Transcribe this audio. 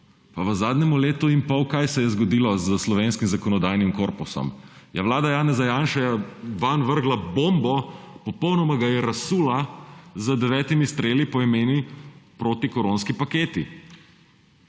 v zadnjem letu in pol – kaj se je zgodilo s slovenskim zakonodajnim korpusom? Ja, vlada Janeza Janše je vanj vrgla bombo, popolnoma ga je razsula z devetimi streli po imenu protikoronski paket.